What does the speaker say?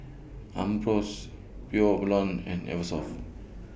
Ambros Pure Blonde and Eversoft